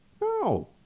No